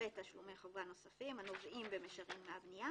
ותשלומי חובה נוספים הנובעים במישרין מהבנייה